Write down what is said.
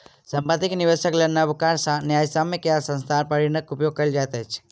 संपत्ति में निवेशक लेल नबका न्यायसम्य के स्थान पर ऋणक उपयोग कयल जाइत अछि